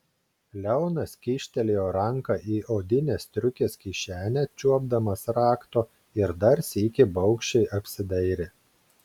leonas kyštelėjo ranką į odinės striukės kišenę čiuopdamas rakto ir dar sykį baugščiai apsidairė